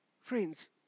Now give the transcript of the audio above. Friends